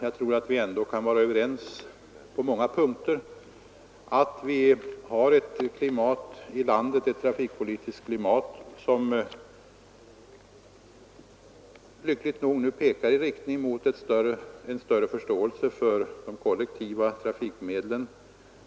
Jag tror att vi ändå kan vara överens på många punkter, bl.a. om att vi har ett trafikpolitiskt klimat i landet som, lyckligt nog, nu pekar i riktning mot större förståelse för användning av de kollektiva trafikmedlen.